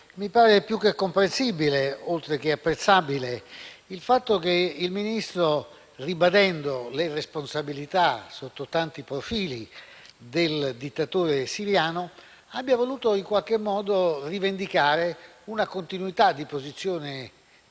mi pare più che comprensibile, oltre che apprezzabile, il fatto che il Ministro, ribadendo le responsabilità sotto tanti profili del dittatore siriano, abbia voluto rivendicare una continuità di posizione